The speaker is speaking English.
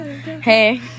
Hey